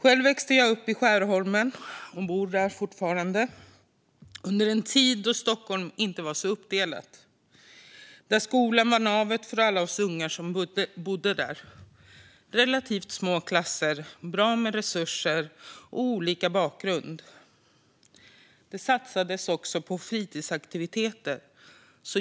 Jag växte upp i Skärholmen, där jag fortfarande bor, under en tid då Stockholm inte var så uppdelat. Skolan var navet för alla oss ungar som bodde där. Den hade relativt små klasser, bra med resurser och elever med olika bakgrund. Det satsades också på fritidsaktiviteter.